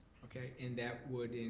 okay, and that would